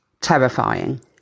terrifying